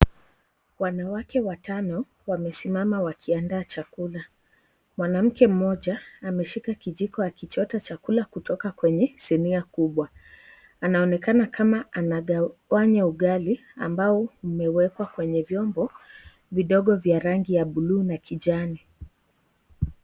Wanawake watano wamesimama wakiaandaa chakula, mwanamke mmoja ameshika kijiko akichota chakula kutoka kwenye sinia kubwa anaonekana kama anagawanya ugali ambao umewekwa kwenye vyombo vidogo vya rangi ya buluu na kijani.